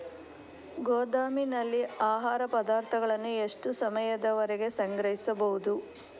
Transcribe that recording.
ಗೋದಾಮಿನಲ್ಲಿ ಆಹಾರ ಪದಾರ್ಥಗಳನ್ನು ಎಷ್ಟು ಸಮಯದವರೆಗೆ ಸಂಗ್ರಹಿಸಬಹುದು?